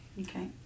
Okay